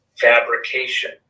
fabrication